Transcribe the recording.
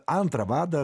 antrą vadą